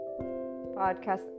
podcast